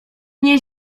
nie